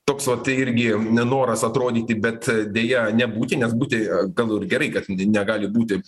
toks vat irgi nenoras atrodyti bet deja nebūti nes būti gal ir gerai kad negali būti